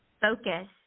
focus